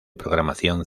programación